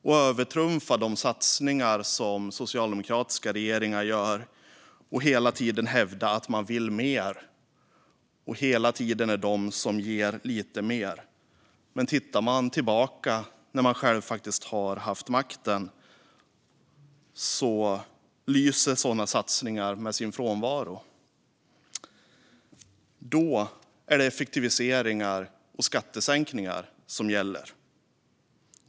Man övertrumfar de satsningar som socialdemokratiska regeringar gör och hävdar hela tiden att man vill mer och är de som ger lite mer. Men om vi tittar tillbaka på hur det har varit när högern själv har haft makten ser vi att sådana satsningar lyser med sin frånvaro. Då är det effektiviseringar och skattesänkningar som gäller.